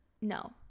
no